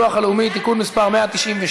חבר הכנסת עבד אל חכים חאג'